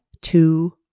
two